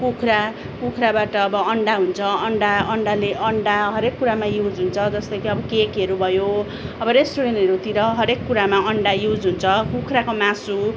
कुखुरा कुखुराबाट अब अन्डा हुन्छ अन्डा अन्डाले अन्डा हरेक कुरामा युज हुन्छ जस्तो कि अब केकहरू भयो अब रेस्टुरेन्टहरू हरेक कुरामा अन्डा युज हुन्छ कुखुराको मासु